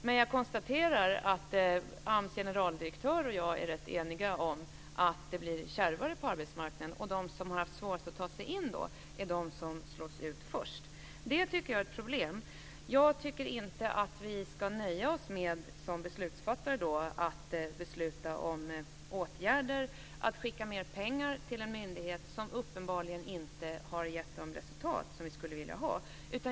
Men jag konstaterar att AMS generaldirektör och jag är rätt eniga om att det blir kärvare på arbetsmarknaden. De som har haft svårast att ta sig in är de som slås ut först. Det tycker jag är ett problem. Jag tycker inte att vi som beslutsfattare ska nöja oss med att besluta om åtgärder och skicka mer pengar till en myndighet som uppenbarligen inte har gett de resultat som vi skulle vilja ha.